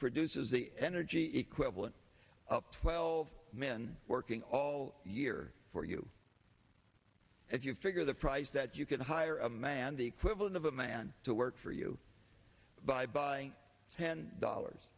produces the energy equivalent of twelve men working all year for you if you figure the price that you can hire a man the equivalent of a man to work for you by buying ten dollars